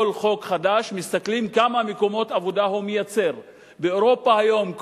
כל חוק חדש מסתכלים כמה מקומות עבודה הוא מייצר; באירופה היום,